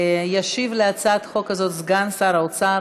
ישיב על הצעת החוק הזאת סגן שר האוצר,